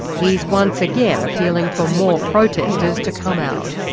he's once again appealing for more protesters to come out.